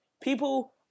people